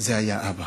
זה היה אבא.